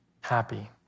happy